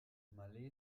malé